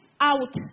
out